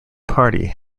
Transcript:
party